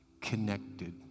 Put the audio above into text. connected